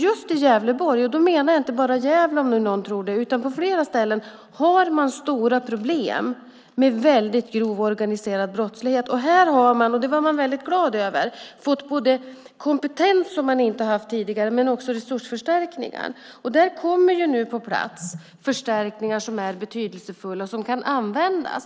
Just i Gävleborg - jag avser då inte bara Gävle, om nu någon tror det, utan också flera andra ställen - har man stora problem med väldigt grov organiserad brottslighet. Här har man, vilket man var väldigt glad över, fått både en kompetens som man inte haft tidigare och resursförstärkningar. Där kommer alltså nu på plats förstärkningar som är betydelsefulla och som kan användas.